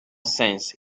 sense